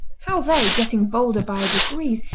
how they, getting bolder by degrees,